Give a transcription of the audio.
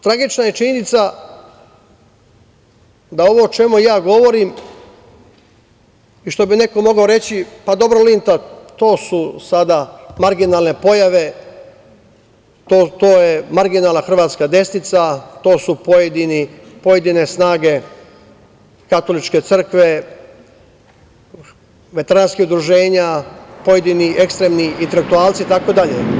Tragična je činjenica da ovo o čemu ja govorim i što bi neko mogao reći - pa dobro, Linta, to su sada marginalne pojave, to je marginalna hrvatska desnica, to su pojedine snage katoličke crkve, veteranskih udruženja, pojedini ekstremni intelektualci itd.